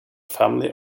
family